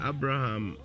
Abraham